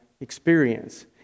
experience